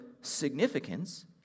significance